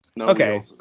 okay